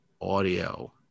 audio